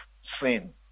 sin